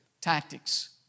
tactics